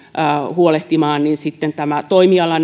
huolehtimaan sitten tämä toimiala